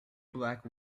black